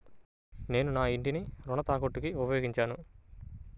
నేను నా ఇంటిని రుణ తాకట్టుకి ఉపయోగించాను